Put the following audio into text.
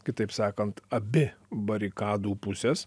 kitaip sakant abi barikadų pusės